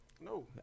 No